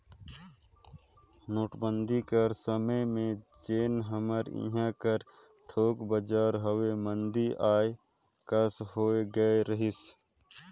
नोटबंदी कर समे में जेन हमर इहां कर थोक बजार हवे मंदी आए कस होए गए रहिस